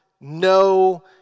no